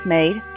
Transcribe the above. Made